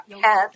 head